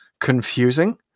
confusing